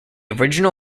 original